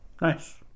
Nice